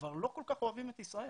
כבר לא כל כך אוהבים את ישראל,